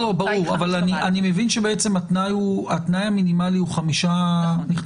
ברור, אבל אני מבין שהתנאי המינימלי הוא 5 נכנסים.